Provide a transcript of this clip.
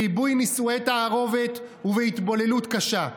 בריבוי נישואי תערובת ובהתבוללות קשה.